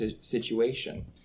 situation